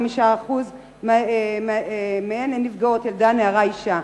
ב-85% מהם הנפגעות הן ילדה, נערה, אשה.